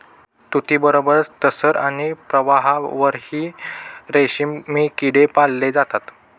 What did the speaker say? तुतीबरोबरच टसर आणि प्रवाळावरही रेशमी किडे पाळले जातात